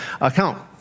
account